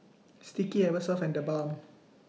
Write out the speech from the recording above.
Sticky Eversoft and TheBalm